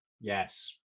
Yes